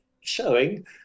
showing